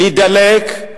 להידלק,